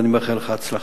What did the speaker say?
ואני מאחל לך הצלחה.